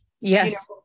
Yes